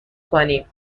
کنیم